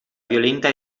violenta